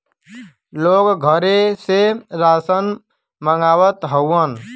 लोग घरे से रासन मंगवावत हउवन